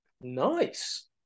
Nice